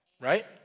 right